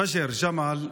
פג'ר ג'מאל,